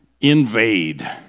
invade